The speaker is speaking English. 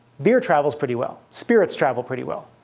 beer travels pretty well. spirits travel pretty well.